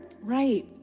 right